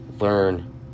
learn